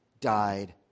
died